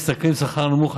המשתכרים שכר נמוך,